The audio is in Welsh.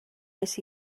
wnes